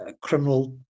criminal